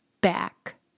back